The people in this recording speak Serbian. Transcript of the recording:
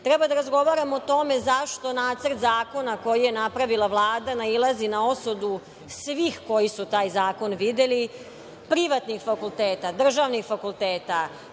da razgovaramo o tome zašto Nacrt zakona koji je napravila Vlada nailazi na osudu svih koji su taj zakon videli, privatnih fakulteta, državnih fakulteta,